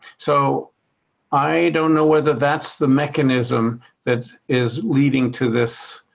so i don't know whether that's the mechanism that is leading to this